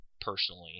personally